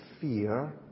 fear